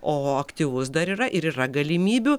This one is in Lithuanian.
o aktyvus dar yra ir yra galimybių